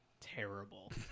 terrible